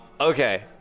Okay